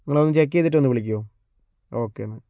നിങ്ങളതൊന്ന് check ചെയ്തിട്ടൊന്ന് വിളിക്കുമോ okay എന്നാൽ